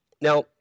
Now